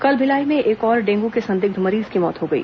कल भिलाई में एक और डेंगू के संदिग्ध मरीज की मौत हो गई